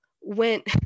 went